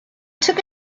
took